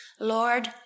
Lord